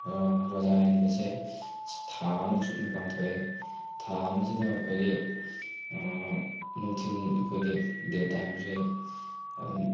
ꯔꯣꯖꯥ ꯍꯦꯟꯕꯁꯦ ꯁꯤ ꯊꯥ ꯑꯃ ꯆꯨꯞꯅ ꯄꯥꯡꯊꯣꯛꯑꯦ ꯊꯥ ꯑꯃꯁꯤꯗ ꯑꯩꯈꯣꯏꯒꯤ ꯅꯨꯡꯊꯤꯜ ꯑꯩꯈꯣꯏꯒꯤ ꯗꯦ ꯇꯥꯏꯝꯁꯦ ꯑꯗꯨꯝ